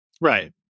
Right